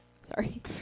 Sorry